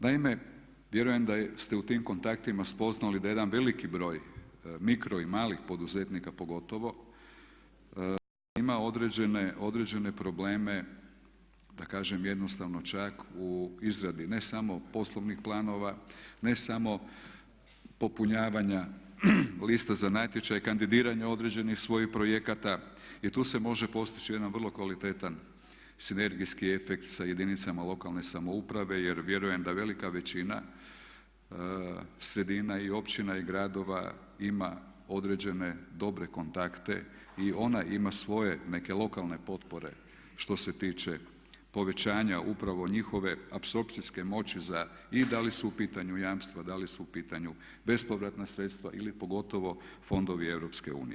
Naime, vjerujem da ste u tim kontaktima spoznali da jedan veliki broj mikro i malih poduzetnika pogotovo ima određene probleme da kažem jednostavno čak u izradi ne samo poslovnih planova, ne samo popunjavanja lista za natječaj, kandidiranja određenih svojih projekata, jer tu se može postići jedan vrlo kvalitetan sinergijski efekt sa jedinicama lokalne samouprave jer vjerujem da velika većina, sredina i općina i gradova ima određene dobre kontakte i ona ima svoje neke lokalne potpore što se tiče povećanja upravo njihove apsorpcijske moći za i da li su u pitanju jamstva, da li su u pitanju bespovratna sredstva ili pogotovo fondovi Europske unije.